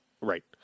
Right